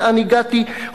לאן הגעתי,